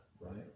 Right